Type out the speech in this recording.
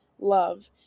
love